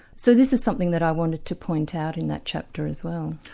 so this is something that i wanted to point out in that chapter as well.